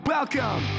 Welcome